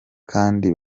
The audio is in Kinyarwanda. kandi